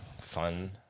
Fun